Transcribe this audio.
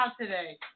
today